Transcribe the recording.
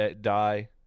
die